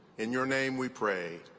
in your name, we pray,